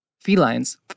felines